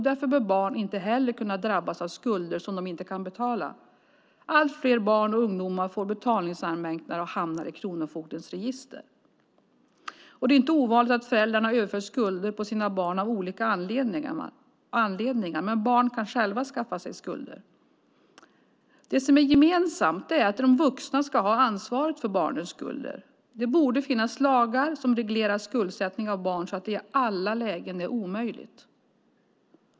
Därför bör barn inte heller kunna drabbas av skulder som de inte kan betala. Allt fler barn och ungdomar får betalningsanmärkningar och hamnar i Kronofogdens register. Det är inte ovanligt att föräldrarna överför skulder på sina barn av olika anledningar, men barn kan också själva skaffa sig skulder. Det som är gemensamt är att det är de vuxna som har ansvaret för barnens skulder. Det borde finnas lagar som reglerar skuldsättning av barn, så att det i alla lägen är omöjligt.